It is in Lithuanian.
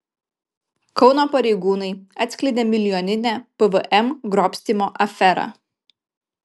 kauno pareigūnai atskleidė milijoninę pvm grobstymo aferą